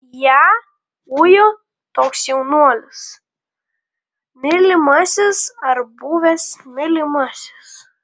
ją ujo toks jaunuolis mylimasis ar buvęs mylimasis